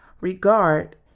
regard